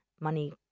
Money